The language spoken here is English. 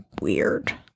weird